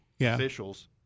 officials